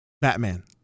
batman